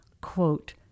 quote